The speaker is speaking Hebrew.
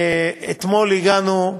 אתמול הגענו,